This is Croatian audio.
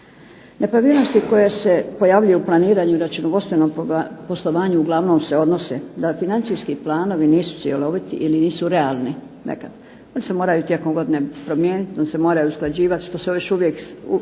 Nepravilnosti koje se pojavljuju u planiranju računovodstvenog poslovanja uglavnom se odnose da financijski planovi nisu cjeloviti ili nisu realni nekad pa se moraju tijekom godine promijeniti, moraju se usklađivat što se još uvijek